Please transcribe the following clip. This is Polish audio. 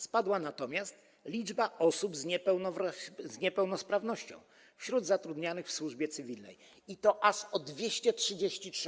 Spadła natomiast liczba osób z niepełnosprawnością wśród zatrudnianych w służbie cywilnej, i to aż o 233.